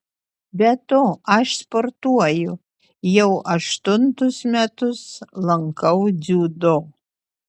be to aš sportuoju jau aštuntus metus lankau dziudo